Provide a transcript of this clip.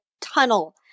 tunnel